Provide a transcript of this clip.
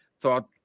thought